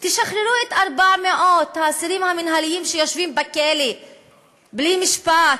תשחררו את 400 האסירים המינהליים שיושבים בכלא בלי משפט,